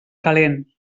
calent